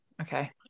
Okay